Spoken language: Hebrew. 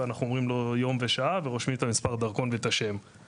אנחנו אומרים לו יום ושעה ואנחנו רושמים את מספר הדרכון ואת השם.